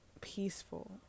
peaceful